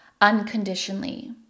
unconditionally